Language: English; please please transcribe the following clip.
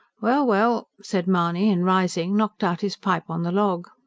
well, well! said mahony, and rising knocked out his pipe on the log.